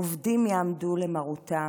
עובדים יעמדו למרותה,